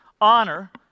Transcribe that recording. honor